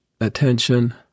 attention